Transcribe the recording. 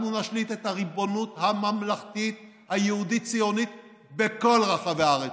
אנחנו נשליט את הריבונות הממלכתית היהודית-ציונית בכל רחבי הארץ.